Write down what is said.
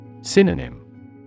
Synonym